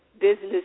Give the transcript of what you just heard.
business